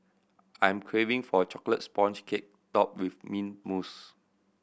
I'm craving for a chocolate sponge cake topped with mint mousse